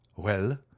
Well